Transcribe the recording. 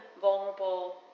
vulnerable